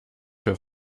für